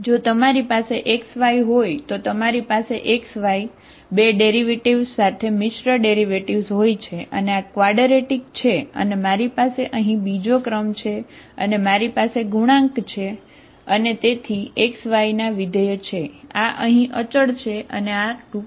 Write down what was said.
જો તમારી પાસે xy હોય તો તમારી પાસે xy 2 ડેરિવેટિવ્ઝ છે અને મારી પાસે અહીં બીજો ક્રમ છે અને મારી પાસે ગુણાંક છે અને તેઓ xy ના વિધેય છે આ અહીં અચળ છે અને આ આ રૂપમાં છે